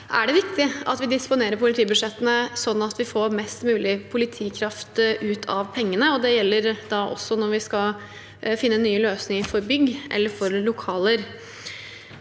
er det viktig at vi disponerer politibudsjettene slik at vi får mest mulig politikraft ut av pengene. Det gjelder også når vi skal finne nye løsninger for bygg eller for lokaler.